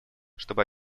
чтобы